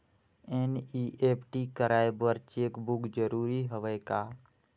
NEFT कराय बर cheque book जरूरी हवय का?